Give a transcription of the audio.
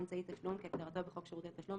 ""אמצעי תשלום" כהגדרתו בחוק שירותי תשלום,